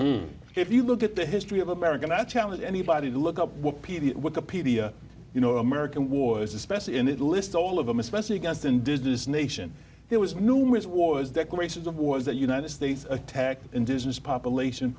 if you look at the history of america that challenge anybody to look up what p d you know american wars especially in that list all of them especially against and does this nation it was numerous wars declarations of wars that united states attack indigenous population